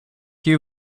you